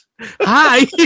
Hi